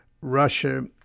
Russia